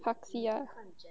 party ya